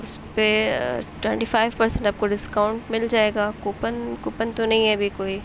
اس پہ twenty five percent آپ کو ڈسکاؤنٹ مل جائے گا کوپن کوپن تو نہیں ہے ابھی کوئی